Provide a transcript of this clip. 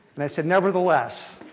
and i said nevertheless,